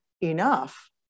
enough